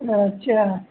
अच्छा